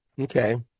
Okay